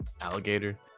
alligator